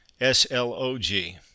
S-L-O-G